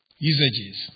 usages